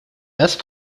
best